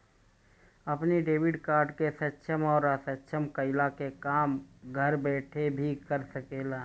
अपनी debit card के सक्षम या असक्षम कईला के काम घर बैठल भी कर सकेला